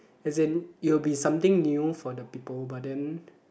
as in it will be something new for the people but then